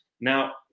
Now